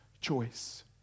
choice